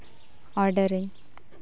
ᱚᱰᱟᱨᱟᱹᱧ